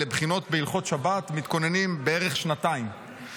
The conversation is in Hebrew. לבחינות בהלכות שבת מתכוננים בערך שנתיים.